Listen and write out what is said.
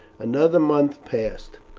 another month passed.